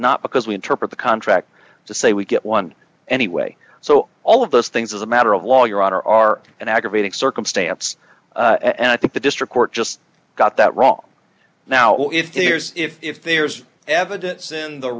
not because we interpret the contract to say we get one anyway so all of those things as a matter of law your honor are an aggravating circumstance and i think the district court just got that wrong now if he hears if there's evidence in the